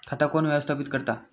खाता कोण व्यवस्थापित करता?